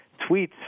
tweets